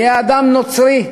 יהיה אדם נוצרי,